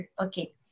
okay